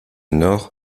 nord